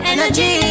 Energy